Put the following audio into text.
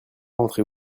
rentrez